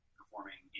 performing